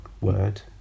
word